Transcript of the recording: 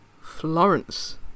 Florence